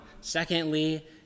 Secondly